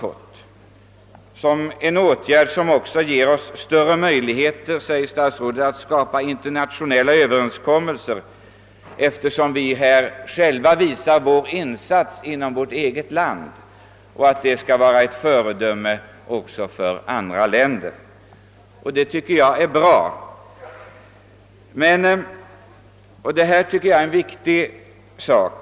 Statsrådet anför att dessa åtgärder ger oss större möjligheter att medverka till internationella överenskommelser, eftersom vi därigenom visar att vi gör en insats inom vårt eget land som kan bli ett föredöme för andra länder. Jag tycker att de föreslagna åtgärderna är bra och angelägna.